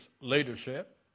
leadership